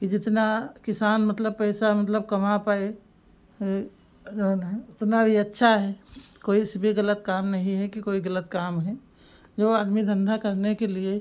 कि जितना किसान मतलब पैसा मतलब कमा पाए जऊन है उतना यह अच्छा है कोई उसमें गलत काम नहीं है कि कोई गलत काम है जो आदमी धंधा करने के लिए